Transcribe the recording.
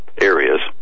areas